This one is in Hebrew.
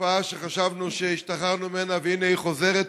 לתופעה שחשבנו שהשתחררנו ממנה והינה היא חוזרת,